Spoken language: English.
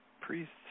priests